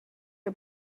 are